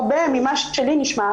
הרבה ממה שלי נשמע,